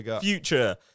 Future